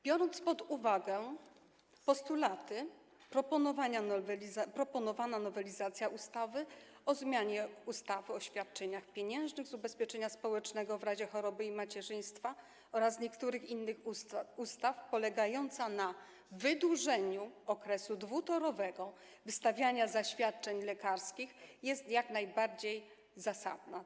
Biorąc pod uwagę postulaty, proponowana nowelizacja ustawy o zmianie ustawy o świadczeniach pieniężnych z ubezpieczenia społecznego w razie choroby i macierzyństwa oraz niektórych innych ustaw, polegająca na wydłużeniu okresu dwutorowego wystawiania zaświadczeń lekarskich, jest jak najbardziej zasadna.